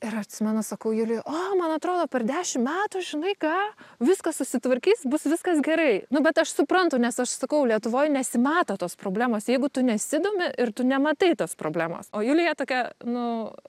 ir atsimenu sakau julijai o man atrodo per dešim metų žinai ką viskas susitvarkys bus viskas gerai nu bet aš suprantu nes aš sakau lietuvoj nesimato tos problemos jeigu tu nesidomi ir tu nematai tos problemos o julija tokia nu